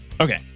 okay